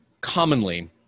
commonly